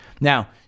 Now